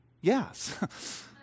Yes